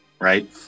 right